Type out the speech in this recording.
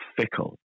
fickle